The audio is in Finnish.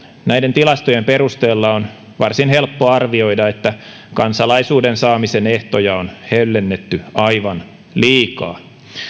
näiden tilastojen perusteella on varsin helppo arvioida että kansalaisuuden saamisen ehtoja on höllennetty aivan liikaa